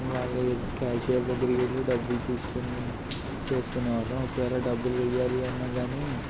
వాళ్ళు క్యాషియర్ దగ్గరికి వెళ్ళి డబ్బులు తీసుకొని చేసుకునేవాళ్ళం ఒకవేళ డబ్బులు వెయ్యాలి అన్న గాని